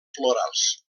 florals